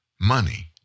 money